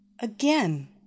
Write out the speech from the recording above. Again